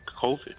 COVID